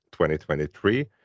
2023